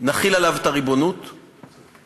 אנחנו נעלה אותה לוועדת שרים,